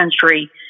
country